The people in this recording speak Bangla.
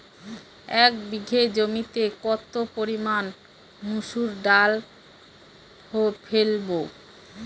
এক বিঘে জমিতে কত পরিমান মুসুর ডাল ফেলবো?